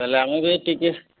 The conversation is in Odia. ତା'ହେଲେ ଆମେ ବି ଟିକେ